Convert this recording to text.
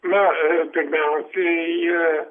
na pirmiausiai